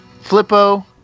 Flippo